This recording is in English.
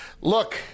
look